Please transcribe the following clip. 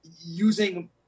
using